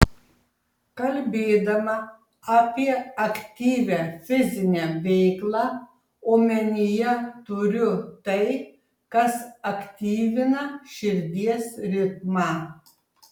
kalbėdama apie aktyvią fizinę veiklą omenyje turiu tai kas aktyvina širdies ritmą